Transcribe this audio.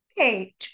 Okay